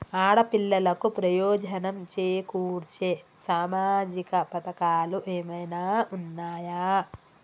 ఆడపిల్లలకు ప్రయోజనం చేకూర్చే సామాజిక పథకాలు ఏమైనా ఉన్నయా?